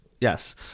Yes